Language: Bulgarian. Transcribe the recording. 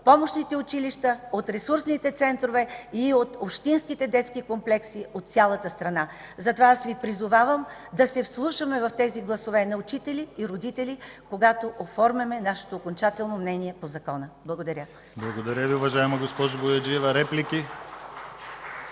помощните училища, от ресурсните центрове и от общинските детски комплекси от цялата страна. Затова аз Ви призовавам да се вслушаме в тези гласове на учители и родители, когато оформяме нашето окончателно мнение по Закона. Благодаря. (Ръкопляскания от БСП ЛБ.)